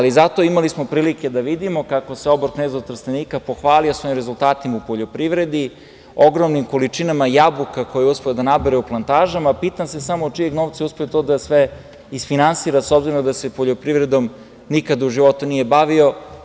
Imali smo prilike da vidimo kako se obor-knez od Trstenika pohvalio svojim rezultatima u poljoprivredi, ogromnim količinama jabuka koje je uspeo da nabere u plantažama, a pitam se samo od čijeg novca je uspeo to da sve isfinansira, s obzirom da se poljoprivredom nikad u životu nije bavio?